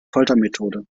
foltermethode